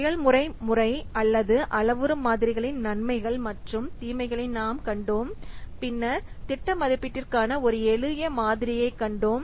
செயல்முறை முறை அல்லது அளவுரு மாதிரிகளின் நன்மைகள் மற்றும் தீமைகளை நாம் கண்டோம் பின்னர் திட்ட மதிப்பீட்டிற்கான ஒரு எளிய மாதிரியைக் கண்டோம்